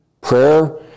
Prayer